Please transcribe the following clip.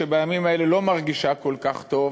שבימים האלה לא מרגישה כל כך טוב,